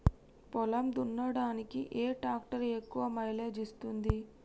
పొలం దున్నడానికి ఏ ట్రాక్టర్ ఎక్కువ మైలేజ్ ఇస్తుంది?